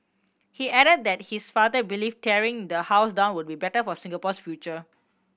he added that his father believed tearing the house down would be better for Singapore's future